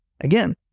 Again